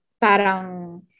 parang